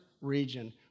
region